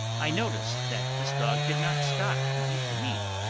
i noticed that this dog did not stop to eat the meat,